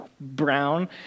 brown